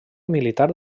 militar